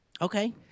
Okay